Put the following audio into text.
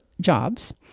jobs